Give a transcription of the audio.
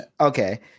Okay